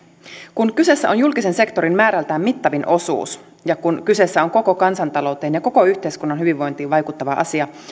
kun kyseessä on julkisen sektorin määrältään mittavin osuus ja kun kyseessä on koko kansantalouteen ja koko yhteiskunnan hyvinvointiin vaikuttava asia